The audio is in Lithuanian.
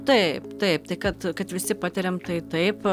taip taip tai kad kad visi patiriam tai taip